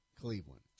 cleveland